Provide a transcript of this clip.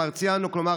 מרציאנו: "כלומר,